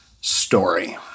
story